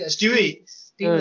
Stewie